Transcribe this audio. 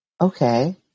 Okay